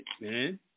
man